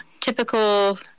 typical